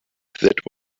that